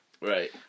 Right